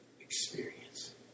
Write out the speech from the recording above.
experience